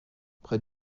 près